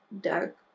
dark